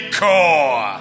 core